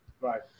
right